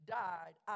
died